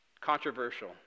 Controversial